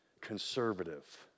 conservative